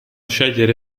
scegliere